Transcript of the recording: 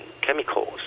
chemicals